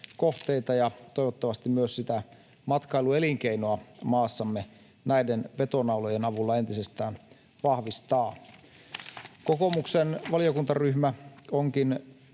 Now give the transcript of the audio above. ja toivottavasti myös sitä matkailuelinkeinoa maassamme näiden vetonaulojen avulla entisestään vahvistaa. Kokoomuksen valiokuntaryhmä onkin